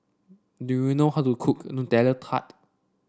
do you know how to cook Nutella Tart